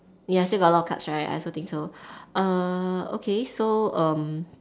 ya still got a lot of cards right I also think so err okay so um